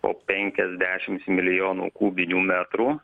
po penkiasdešims milijonų kubinių metrų